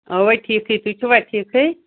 اَوا ٹھیٖکٕے تُہۍ چھُوا ٹھیٖکٕے